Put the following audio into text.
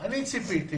ציפיתי